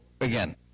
again